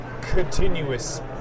continuous